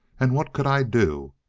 and what could i do?